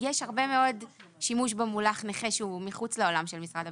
יש הרבה מאוד שימוש במונח נכה שהוא מחוץ לעולם של משרד הביטחון,